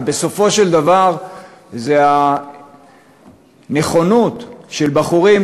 אבל בסופו של דבר זאת הנכונות של בחורים